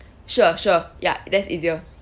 sure sure ya that's easier